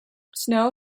snow